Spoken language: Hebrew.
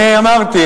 אמרתי,